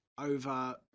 over